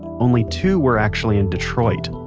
only two were actually in detroit.